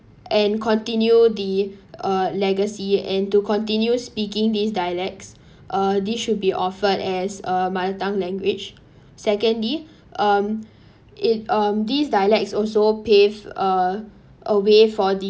and continue the uh legacy and to continue speaking this dialects uh these should be offered as a mother tongue language secondly um it um these dialects also pave a a way for the